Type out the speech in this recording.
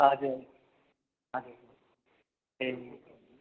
हजुर हजुर ए